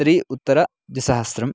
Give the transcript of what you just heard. त्रि उत्तरद्विसहस्रम्